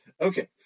Okay